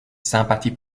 sympathie